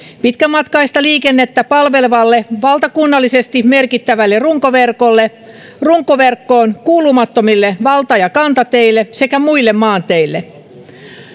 pitkämatkaista liikennettä palvelevalle valtakunnallisesti merkittävälle runkoverkolle runkoverkkoon kuulumattomille valta ja kantateille sekä muille maanteille